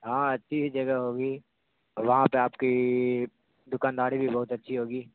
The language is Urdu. ہاں اچھی جگہ ہوگی وہاں پہ آپ کی دکانداری بھی بہت اچھی ہوگی